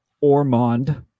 ormond